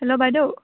hello বাইদেও